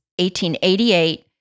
1888